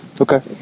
Okay